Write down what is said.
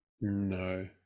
No